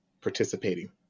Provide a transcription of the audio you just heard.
participating